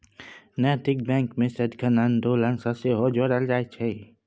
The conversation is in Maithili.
नैतिक बैंककेँ सदिखन आन्दोलन सँ सेहो जोड़ल जाइत छै